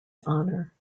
honor